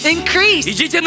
Increase